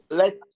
let